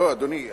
לא, אדוני.